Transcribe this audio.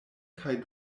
kaj